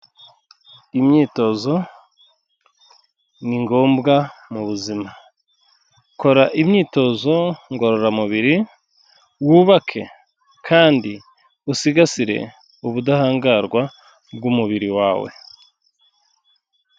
Imyitozo ni ngombwa mu buzima. Kora imyitozo ngororamubiri, wubake kandi usigasire ubudahangarwa bw'umubiri wawe.